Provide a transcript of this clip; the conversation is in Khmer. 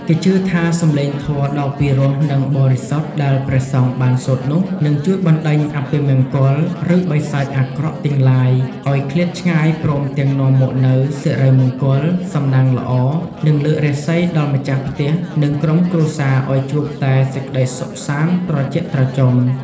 គេជឿថាសំឡេងធម៌ដ៏ពីរោះនិងបរិសុទ្ធដែលព្រះសង្ឃបានសូត្រនោះ នឹងជួយបណ្ដេញអពមង្គល ឬបិសាចអាក្រក់ទាំងឡាយឲ្យឃ្លាតឆ្ងាយព្រមទាំងនាំមកនូវសិរីមង្គល សំណាងល្អ និងលើករាសីដល់ម្ចាស់ផ្ទះនិងក្រុមគ្រួសារឲ្យជួបតែសេចក្ដីសុខសាន្តត្រជាក់ត្រជុំ។